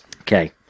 Okay